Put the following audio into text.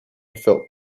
felt